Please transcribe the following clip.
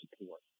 support